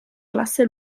classe